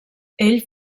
ell